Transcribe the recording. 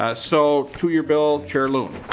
ah so to your bill chair loon.